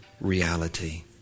reality